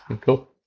Cool